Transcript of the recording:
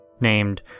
named